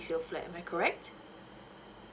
resale flat am I correct